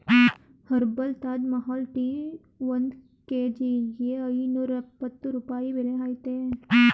herbal Taj Mahal tea ಒಂದ್ ಕೇಜಿಗೆ ಐನೂರ್ಯಪ್ಪತ್ತು ರೂಪಾಯಿ ಬೆಲೆ ಅಯ್ತೇ